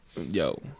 Yo